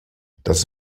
das